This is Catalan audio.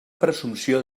presumpció